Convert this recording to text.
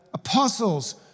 Apostles